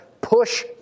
push